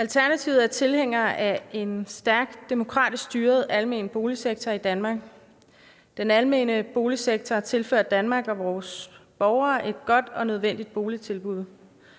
Alternativet er tilhænger af en stærk demokratisk styret almen boligsektor i Danmark. Den almene boligsektor har tilført Danmark og vores borgere et godt og nødvendigt boligtilbud.